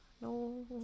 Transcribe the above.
No